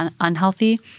unhealthy